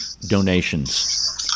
donations